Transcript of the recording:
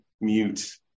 mute